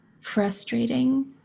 frustrating